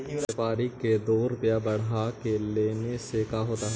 व्यापारिक के दो रूपया बढ़ा के लेने से का होता है?